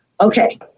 Okay